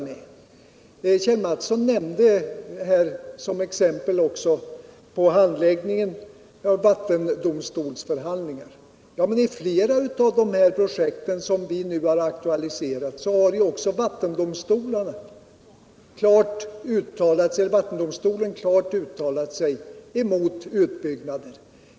Kjell Mattsson nämnde också vattendomstolens förhandlingar som exempel på handläggningen. Men i flera av de projekt som vi nu har aktualiserat har ju vattendomstolen klart uttalat sig emot en utbyggnad.